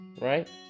right